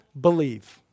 believe